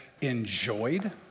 enjoyed